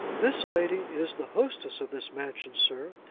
this lady is the hostess of this mansion, sir.